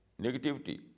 negativity